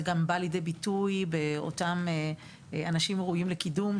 זה גם בא לידי ביטוי באותם אנשים ראויים לקידום,